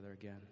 again